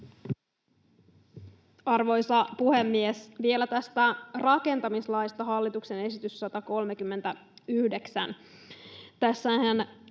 Arvoisa puhemies! Vielä tästä rakentamislaista, hallituksen esityksestä 139. Tässähän